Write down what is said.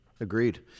Agreed